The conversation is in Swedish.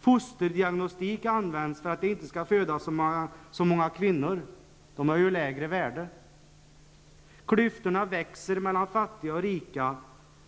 Fosterdiagnostik används för att det inte skall födas så många kvinnor. De har ju lägre värde. Klyftorna växer mellan fattiga och rika,